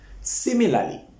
similarly